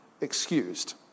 excused